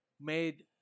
Made